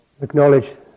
acknowledge